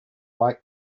bike